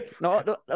no